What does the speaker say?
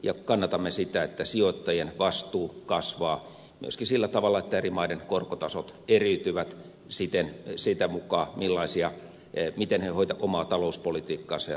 ja kannatamme sitä että sijoittajien vastuu kasvaa myöskin sillä tavalla että eri maiden korkotasot eriytyvät sitä mukaa miten ne omaa talouspolitiikkaansa ja rahapolitiikkaansa hoitavat